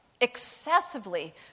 excessively